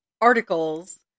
articles